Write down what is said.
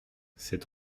c’est